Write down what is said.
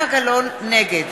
נגד